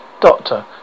Doctor